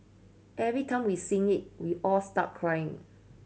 every time we sing it we all start crying